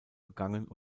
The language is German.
begangen